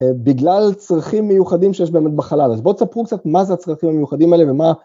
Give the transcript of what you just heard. בגלל צרכים מיוחדים שיש באמת בחלל, אז בואו תספרו קצת מה זה הצרכים המיוחדים האלה ומה...